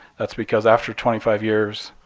that's because after twenty five years,